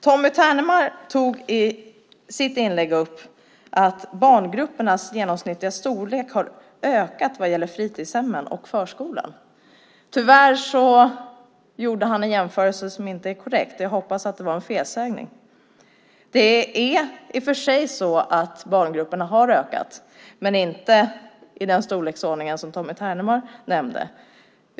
Tommy Ternemar tog i sitt inlägg upp att barngruppernas genomsnittliga storlek har ökat vad gäller fritidshemmen och förskolan. Tyvärr gjorde han en jämförelse som inte är korrekt. Jag hoppas att det var en felsägning. Visserligen har barngrupperna ökat men inte i den storleksordning som Tommy Ternemar nämnde.